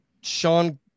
Sean